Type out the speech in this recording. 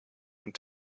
und